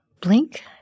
blink